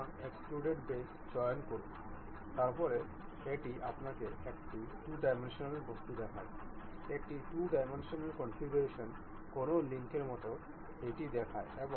সুতরাং এখন কব্জা অধীনে এটি আমাদের দুটি ছোট ছোট উইন্ডো নির্বাচন করতে দেয় যা কনসেন্ট্রিক নির্বাচন এবং কয়েন্সিডেন্ট নির্বাচন